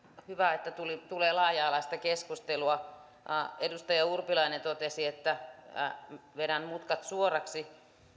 hyvä että tulee laaja alaista keskustelua edustaja urpilainen totesi että vedän mutkat suoraksi